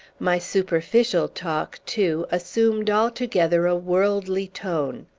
my superficial talk, too, assumed altogether a worldly tone.